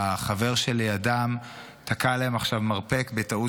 והחבר שלידם תקע להם עכשיו מרפק בטעות